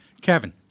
Kevin